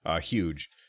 huge